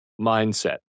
mindset